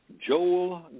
Joel